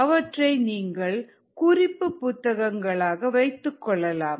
அவற்றை நீங்கள் குறிப்பு புத்தகங்களாக வைத்துக்கொள்ளலாம்